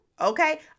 okay